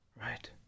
right